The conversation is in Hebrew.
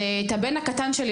ואת הבן הקטן שלי,